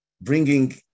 bringing